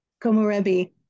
Komorebi